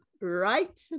right